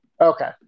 Okay